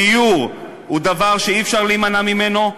דיור הוא דבר שאי-אפשר להימנע ממנו,